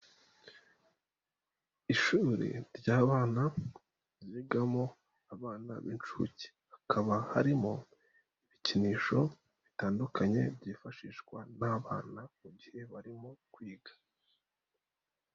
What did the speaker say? Ishuri ry'abana ryigamo abana b'inshuke, hakaba harimo ibikinisho bitandukanye byifashishwa n'abana mu gihe barimo kwiga.